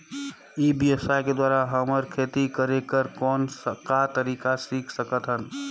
ई व्यवसाय के द्वारा हमन खेती करे कर कौन का तरीका सीख सकत हन?